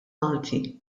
malti